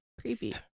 Creepy